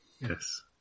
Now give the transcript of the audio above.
Yes